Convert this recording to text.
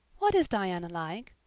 what is diana like?